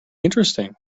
interesting